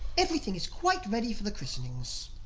everything is quite ready for the christenings.